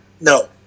no